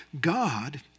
God